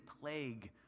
plague